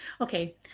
Okay